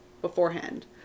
beforehand